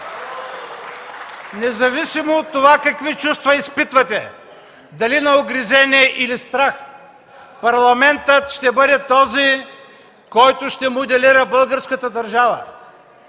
независимо какви чувства изпитвате – дали на угризения или на страх, че Парламентът ще бъде този, който ще моделира българската държава.